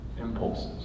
impulses